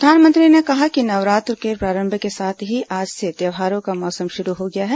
प्रधानमंत्री ने कहा कि नवरात्र के प्रारंभ के साथ ही आज से त्यौहारों का मौसम शुरू हो गया है